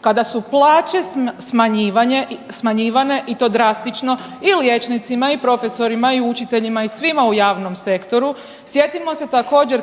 kada su plaće smanjivane i to drastično i liječnicima i profesorima i učiteljima i svima u javnom sektoru. Sjetimo se također